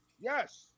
Yes